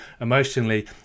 emotionally